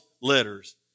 letters